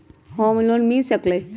Home loan मिल सकलइ ह?